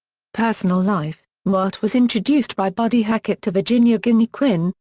personal life newhart was introduced by buddy hackett to virginia ginnie quinn,